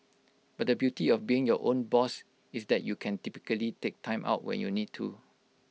but the beauty of being your own boss is that you can typically take Time Out when you need to